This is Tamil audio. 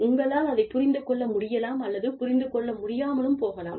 உங்களால் அதைப் புரிந்து கொள்ள முடியலாம் அல்லது புரிந்து கொள்ள முடியாமலும் போகலாம்